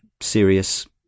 serious